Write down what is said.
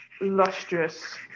lustrous